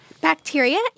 Bacteria